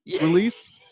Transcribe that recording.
release